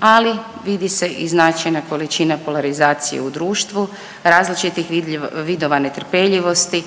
ali vidi se i značajna količina polarizacije u društvu, različitih vodova netrpeljivosti